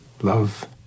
Love